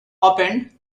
opened